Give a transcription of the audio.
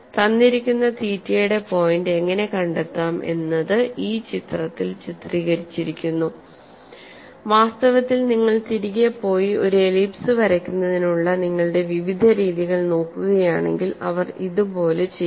തന്നിരിക്കുന്ന തീറ്റയുടെ പോയിന്റ് എങ്ങനെ കണ്ടെത്താം എന്നത് ഈ ചിത്രത്തിൽ ചിത്രീകരിച്ചിരിക്കുന്നു വാസ്തവത്തിൽ നിങ്ങൾ തിരികെ പോയി ഒരു എലിപ്സ് വരയ്ക്കുന്നതിനുള്ള നിങ്ങളുടെ വിവിധ രീതികൾ നോക്കുകയാണെങ്കിൽ അവർ ഇത് പോലെ ചെയ്യും